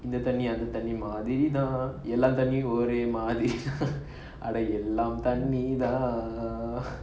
இந்த தண்ணி அந்த தண்ணி மாதிரி தான் எல்லா தண்ணியும் ஒரே மாதிரி தான் அட எல்லாம் தண்ணி தான்:intha thanni antha thanni mathiri thaan ella thannium ore mathiri thaan ada ellam thanni thaan